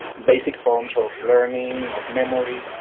basic forms of learning, of memory,